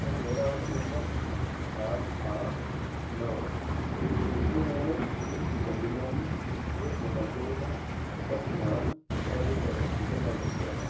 سر میرا order number سات آٹھ نو ہے جس میں میں نے ایک چکن بریانی ایک مٹن قورمہ دس نان اور ایک بٹر چکن آرڈر کیا تھا